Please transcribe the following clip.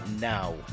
now